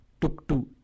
tuktu